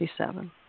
1957